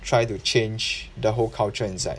try to change the whole culture inside